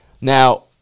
Now